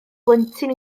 blentyn